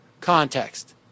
context